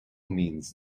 means